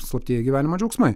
slaptieji gyvenimo džiaugsmai